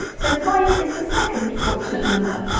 so five is the second fortunate number!